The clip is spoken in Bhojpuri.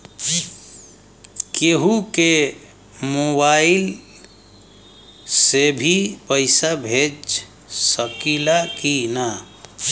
केहू के मोवाईल से भी पैसा भेज सकीला की ना?